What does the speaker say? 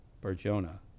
Barjona